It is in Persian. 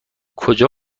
کجا